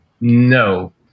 no